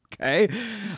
Okay